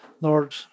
Lord